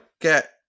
Get